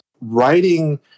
writing